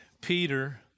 Peter